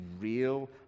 real